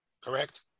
correct